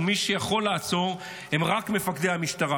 ומי שיכול לעצור הם רק מפקדי המשטרה.